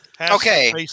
Okay